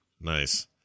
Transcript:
nice